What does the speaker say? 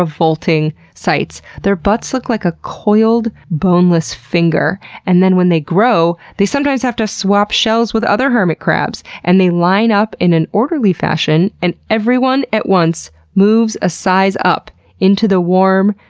revolting sights. their butts look like a coiled, boneless finger and then when they grow, they sometimes have to swap shells with other hermit crabs. and they line up in an orderly fashion and everyone at once moves a size up into the warm,